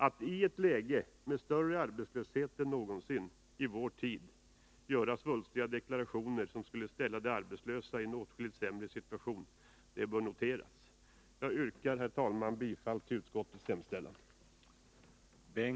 Att de i ett läge med större arbetslöshet än någonsin i vår tid gör svulstiga deklarationer som skulle ställa de arbetslösa i en åtskilligt sämre situation bör noteras. Herr talman! Jag yrkar bifall till utskottets hemställan.